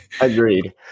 agreed